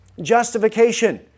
justification